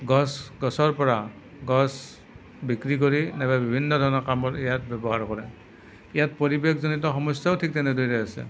গছ গছৰ পৰা গছ বিক্ৰী কৰি নাইবা বিভিন্ন ধৰণৰ কামত ইয়াক ব্য়ৱহাৰ কৰে ইয়াত পৰিৱেশজনিত সমস্য়াও ঠিক তেনেদৰে আছে